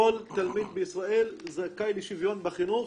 כל תלמיד בישראל זכאי לשוויון בחינוך.